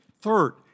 Third